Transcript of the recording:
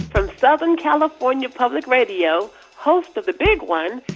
from southern california public radio, host of the big one,